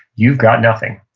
you've got nothing.